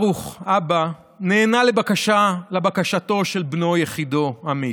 ברוך, אבא, נענה לבקשתו של בנו יחידו עמית,